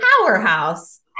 powerhouse